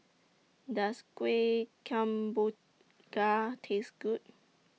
Does Kuih Kemboja Taste Good